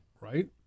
Right